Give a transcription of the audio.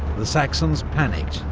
the saxons panicked,